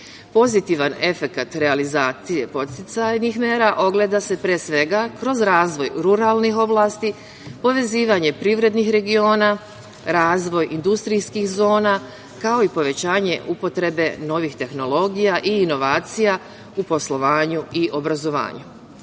efekat realizacije podsticajnih mera ogleda se pre svega kroz razvoj ruralnih oblasti, povezivanje privrednih regiona, razvoj industrijskih zona, kao i povećanje upotrebe novih tehnologija i inovacija u poslovanju i obrazovanju. Zato